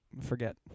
forget